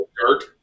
dirt